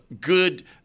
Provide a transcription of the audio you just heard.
good –